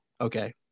Okay